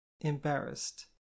Embarrassed